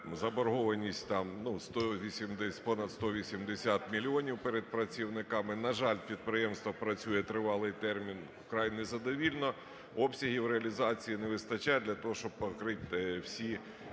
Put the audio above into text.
там, ну, 180, понад 180 мільйонів перед працівниками. На жаль, підприємство працює тривалий термін вкрай незадовільно, обсягів реалізації не вистачає для того, щоб покрити всі